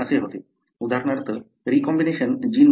उदाहरणार्थ रीकॉम्बिनेशन जीनमध्ये होते